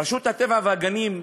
רשות הטבע והגנים,